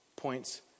Points